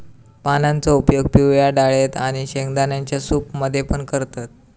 पानांचो उपयोग पिवळ्या डाळेत आणि शेंगदाण्यांच्या सूप मध्ये पण करतत